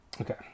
Okay